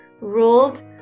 ruled